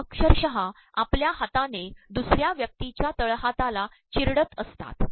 हे अक्षरशः आपल्या हाताने दसु र्या व्यक्तीच्या तळहाताला चचरडत असतात